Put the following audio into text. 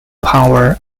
power